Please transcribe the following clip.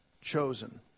chosen